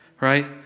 Right